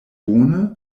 bone